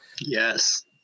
yes